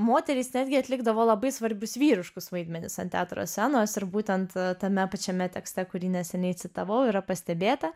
moterys netgi atlikdavo labai svarbius vyriškus vaidmenis ant teatro scenos ir būtent tame pačiame tekste kurį neseniai citavau yra pastebėta